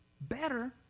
better